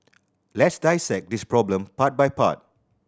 let's dissect this problem part by part